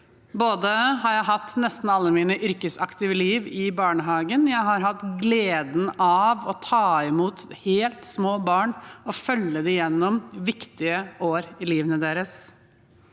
Jeg har hatt nesten hele mitt yrkesaktive liv i barnehage. Jeg har hatt gleden av å ta imot helt små barn og følge dem gjennom viktige år i livet deres.